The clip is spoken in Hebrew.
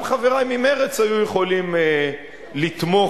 גם חברי ממרצ היו יכולים לתמוך.